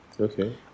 Okay